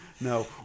No